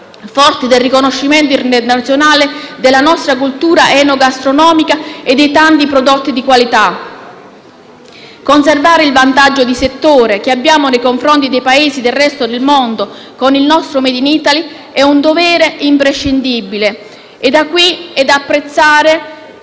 forti del riconoscimento internazionale della nostra cultura enogastronomica e dei tanti prodotti di qualità. Conservare il vantaggio di settore che abbiamo nei confronti dei Paesi del resto del mondo con il nostro *made in Italy* è un dovere imprescindibile. È da apprezzare